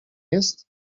jest